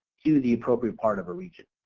to the appropriate part of a region.